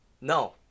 No